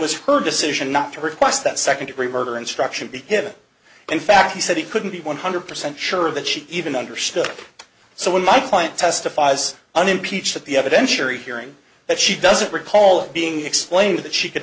was her decision not to request that second degree murder instruction be him in fact he said he couldn't be one hundred percent sure of that she even understood so when my point testifies unimpeached the evidence you're hearing that she doesn't recall being explained that she could